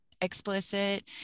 explicit